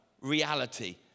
reality